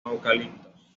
eucaliptos